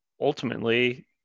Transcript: ultimately